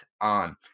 On